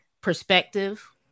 perspective